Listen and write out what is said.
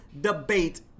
DeBate